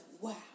wow